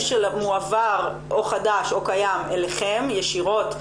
שמועבר או חדש או קיים אליכם ישירות,